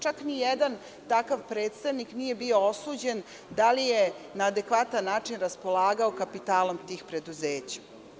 Čak nijedan takav predstavnik nije bio osuđen, da li je na adekvatan način raspolagao kapitalom tih preduzeća.